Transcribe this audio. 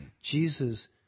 Jesus